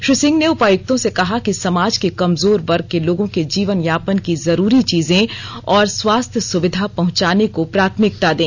श्री सिंह ने उपायुक्तों से कहा कि समाज के कमजोर वर्ग के लोगों के जीवन यापन की जरूरी चीजें और स्वास्थ्य सुविधा पहुंचाने को प्राथमिकता दें